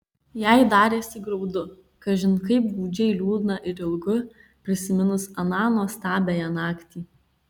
jai darėsi graudu kažin kaip gūdžiai liūdna ir ilgu prisiminus aną nuostabiąją naktį